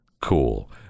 cool